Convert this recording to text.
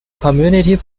community